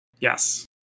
Yes